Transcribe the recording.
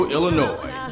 Illinois